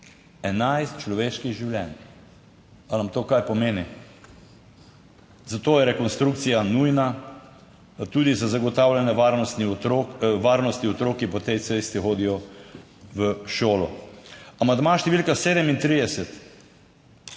11 človeških življenj. A nam to kaj pomeni? Zato je rekonstrukcija nujna, tudi za zagotavljanje varnosti otrok, varnosti otrok, ki po tej cesti hodijo v šolo. Amandma številka 37;